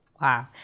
Wow